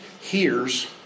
hears